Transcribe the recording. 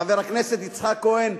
חבר הכנסת יצחק כהן,